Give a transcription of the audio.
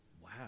Wow